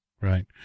Right